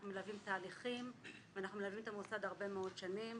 אנחנו מלווים תהליכים ואנחנו מלווים את המוסד הרבה מאוד שנים